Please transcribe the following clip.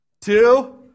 Two